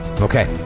Okay